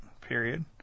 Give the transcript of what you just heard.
period